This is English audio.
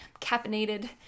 caffeinated